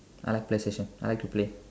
I like Playstation I like to play